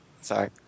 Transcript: Sorry